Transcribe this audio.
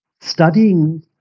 Studying